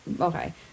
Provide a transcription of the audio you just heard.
okay